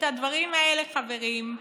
את הדברים האלה, חברים,